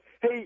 Hey